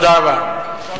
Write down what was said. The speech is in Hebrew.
תודה רבה.